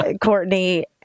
Courtney